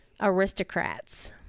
aristocrats